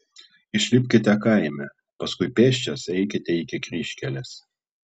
išlipkite kaime paskui pėsčias eikite iki kryžkelės